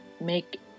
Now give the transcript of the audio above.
make